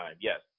Yes